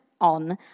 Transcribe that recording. on